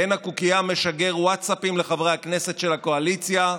קן הקוקייה משגר ווטסאפים לחברי הכנסת של הקואליציה,